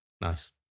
Nice